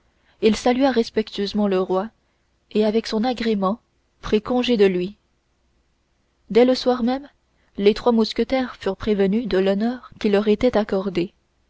il salua respectueusement le roi et avec son agrément prit congé de lui dès le soir même les trois mousquetaires furent prévenus de l'honneur qui leur était accordé